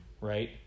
right